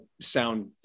sound